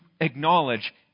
acknowledge